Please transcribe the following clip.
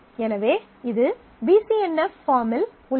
எனவே இது B C N F பார்மில் உள்ளது